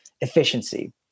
efficiency